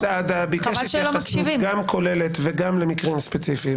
חבר הכנסת סעדה התייחסות גם כוללת וגם למקרים ספציפיים,